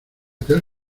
aquel